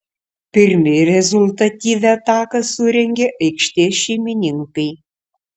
pirmi rezultatyvią ataką surengė aikštės šeimininkai